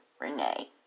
Renee